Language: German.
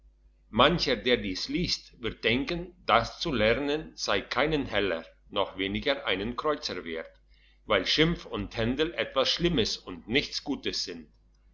mancher der dies liest wird denken das zu lernen sei keinen heller noch weniger einen kreuzer wert weil schimpf und händel etwas schlimmes und nichts gutes sind